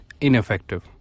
Ineffective